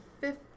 fifth